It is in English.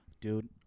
Dude